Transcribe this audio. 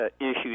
issues